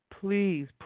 please